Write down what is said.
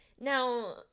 Now